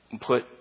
put